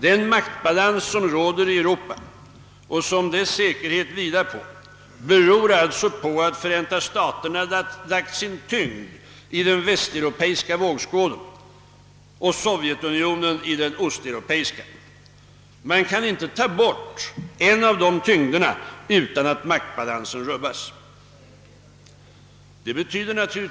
Den maktbalans som råder i Europa och som utgör underlaget för dess säkerhet beror alltså på att Förenta staterna lagt sin tyngd i den västeuropeiska vågskålen. Sovjetunionen har lagt sin i den östeuropeiska. Man kan inte ta bort en av dessa tyngder utan att makt 76 Nr 12 Utrikesdebatt balansen rubbas.